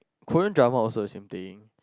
Korean drama also the same thing